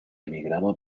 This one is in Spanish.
emigrado